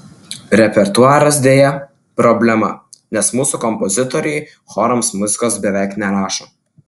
repertuaras deja problema nes mūsų kompozitoriai chorams muzikos beveik nerašo